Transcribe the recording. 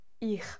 Ich